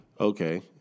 Okay